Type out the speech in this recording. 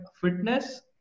fitness